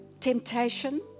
temptation